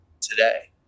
today